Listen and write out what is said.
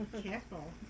Careful